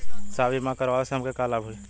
साहब इ बीमा करावे से हमके का लाभ होई?